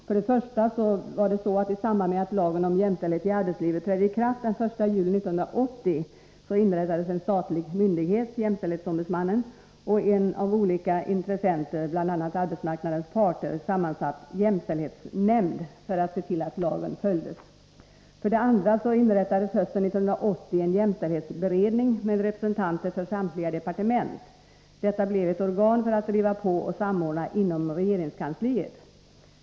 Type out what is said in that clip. För det första, i samband med att lagen om jämställdhet i arbetslivet trädde i kraft den 1 juli 1980, inrättades en statlig myndighet, JämO, och en av olika intressenter, bl.a. arbetsmarknadens parter, sammansatt jämställdhetsnämnd, som skulle se till att lagen följdes. För det andra inrättades hösten 1980 en jämställdhetsberedning, med representanter för samtliga departement. Detta blev ett organ med uppgift att driva på och samordna inom regeringskansliet.